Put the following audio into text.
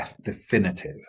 definitive